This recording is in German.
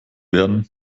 werden